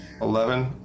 Eleven